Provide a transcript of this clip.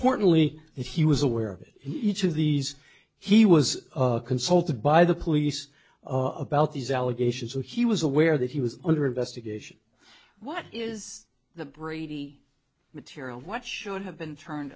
that he was aware of it each of these he was consulted by the police of about these allegations so he was aware that he was under investigation what is the brady material what should have been turned